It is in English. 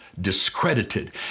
discredited